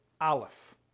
Aleph